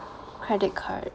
credit card